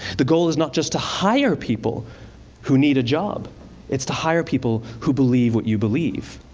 the goal is not just to hire people who need a job it's to hire people who believe what you believe.